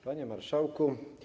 Panie Marszałku!